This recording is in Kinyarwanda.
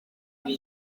kuri